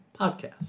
podcast